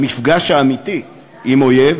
למפגש האמיתי עם אויב,